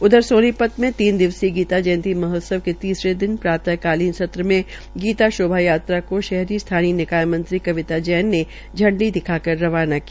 उधर सोनीपत में तीन दिवसीय गीता जंयती महोत्सव के तीसरे दिन प्रात कालीन सत्र में गीता शोभा यात्रा को स्थानीय निकाय मंत्री कविता जैन ने झंडी दिखाबर रवाना किया